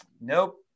Nope